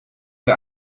wer